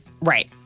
Right